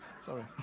sorry